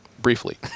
Briefly